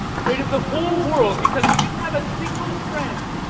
afraid of the whole world, because you didn't have a single friend,